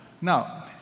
Now